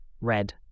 red